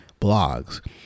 blogs